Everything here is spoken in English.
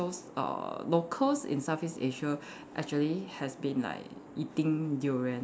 uh locals in Southeast Asia actually has been like eating durian